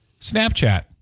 Snapchat